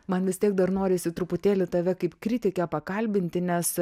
man vis tiek dar norisi truputėlį tave kaip kritikę pakalbinti nes